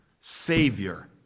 Savior